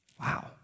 Wow